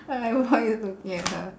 I like why you looking at her